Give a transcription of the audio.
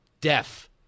deaf